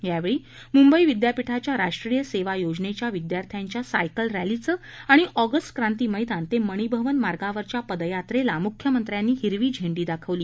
यावेळी मुंबई विद्यापीठाच्या राष्ट्रीय सेवा योजनेच्या विद्यार्थ्यांच्या सायकल रद्दीचं आणि ऑगस्ट क्रांती मैदान ते मणीभवन मार्गावरच्या पदयात्रेला मुख्यमंत्र्यानी हिरवी झेंडा दाखवला